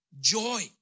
joy